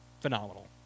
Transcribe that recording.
phenomenal